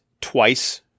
twice